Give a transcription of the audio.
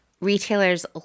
Retailers